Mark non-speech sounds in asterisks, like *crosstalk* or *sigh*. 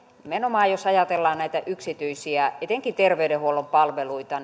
nimenomaan jos ajatellaan etenkin näitä yksityisiä terveydenhuollon palveluita *unintelligible*